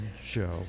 show